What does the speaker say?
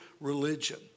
religion